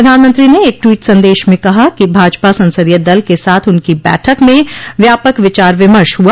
प्रधानमंत्री ने एक ट्वीट संदेश में कहा कि भाजपा संसदोय दल के साथ उनकी बैठक में व्यापक विचार विमर्श हुआ